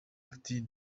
putin